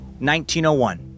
1901